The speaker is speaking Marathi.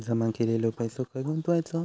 जमा केलेलो पैसो खय गुंतवायचो?